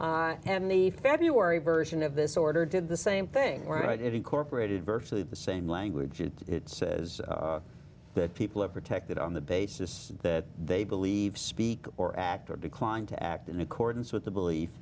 precepts and the february version of this order did the same thing right it incorporated virtually the same language and it says that people are protected on the basis that they believe speak or act or decline to act in accordance with the belief